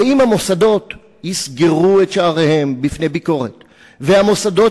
ואם המוסדות יסגרו את שעריהם בפני ביקורת והמוסדות